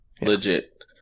legit